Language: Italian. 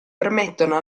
permettono